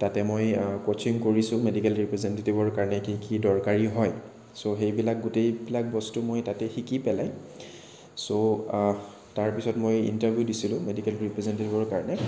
তাতে মই কোচিং কৰিছোঁ মেডিকেল ৰিপ্ৰেজেনটেটিভৰ কাৰণে কি কি দৰকাৰী হয় চ' সেইবিলাক গোটেইবিলাক বস্তু মই তাতে শিকি পেলাই চ' তাৰ পিছত মই ইণ্টাৰভিউ দিছিলোঁ মেডিকেল ৰিপ্ৰেজেনটেটিভৰ কাৰণে